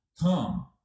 come